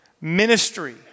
ministry